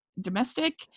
domestic